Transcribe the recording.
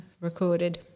Recorded